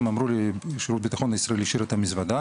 הם אמרו ששירות הביטחון הישראלי השאיר את המזוודה.